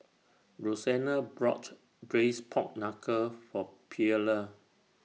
Rosena bought Braised Pork Knuckle For Pearla